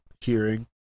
hearing